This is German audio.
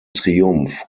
triumph